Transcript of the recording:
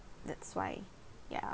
that's why ya